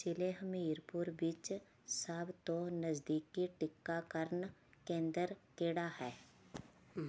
ਜ਼ਿਲ੍ਹੇ ਹਮੀਰਪੁਰ ਵਿੱਚ ਸਭ ਤੋਂ ਨਜ਼ਦੀਕੀ ਟੀਕਾਕਰਨ ਕੇਂਦਰ ਕਿਹੜਾ ਹੈ